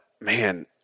man